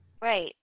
right